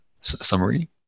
summary